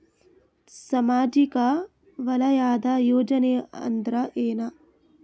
ಸಾಮಾಜಿಕ ವಲಯದ ಯೋಜನೆ ಅಂದ್ರ ಏನ?